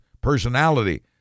personality